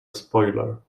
spoiler